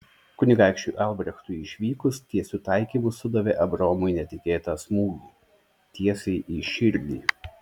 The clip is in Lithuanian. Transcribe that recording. kunigaikščiui albrechtui išvykus tiesiu taikymu sudavė abraomui netikėtą smūgį tiesiai į širdį